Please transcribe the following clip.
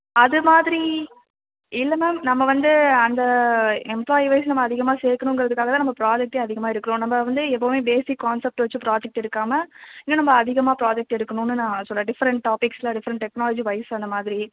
அது மாதிரி இல்லை மேம் நம்ம வந்து அந்த எம்ப்ளாயீ வைஸ் நம்ம அதிகமாக சேக்கணுங்கிறதுக்காக தான் நம்ம ப்ராஜக்ட்டே அதிகமாக எடுக்கிறோம் நம்ம வந்து எப்போவுமே பேசிக் கான்செப்ட்டை வெச்சு ப்ராஜக்ட் எடுக்காமல் இன்னும் நம்ம அதிகமாக ப்ராஜக்ட் எடுக்கணும்ன்னு நான் சொல்கிறேன் டிஃப்ரண்ட் டாபிக்ஸில் டிஃப்ரண்ட் டெக்னாலஜி வைஸ் அந்த மாதிரி